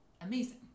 amazing